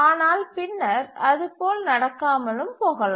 ஆனால் பின்னர் அது போல் நடக்காமலும் போகலாம்